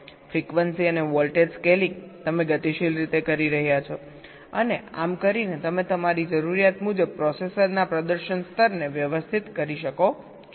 frequency અને voltage scaling તમે ગતિશીલ રીતે કરી રહ્યા છો અને આમ કરીને તમે તમારી જરૂરિયાત મુજબ પ્રોસેસરના પ્રદર્શન સ્તરને વ્યવસ્થિત કરી શકો છો